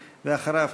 ואחריו,